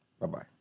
Bye-bye